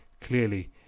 clearly